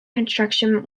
construction